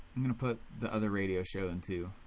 i'm gonna put the other radio show in too.